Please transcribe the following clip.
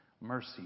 mercy